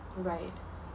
right